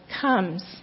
comes